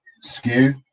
skew